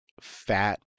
fat